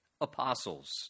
apostles